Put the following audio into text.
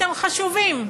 אתם חשובים,